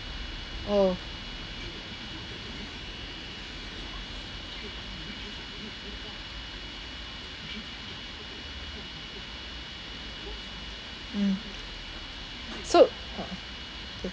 orh mm so okay